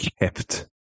kept